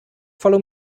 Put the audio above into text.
follow